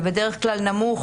פיצוי שבדרך כלל נמוך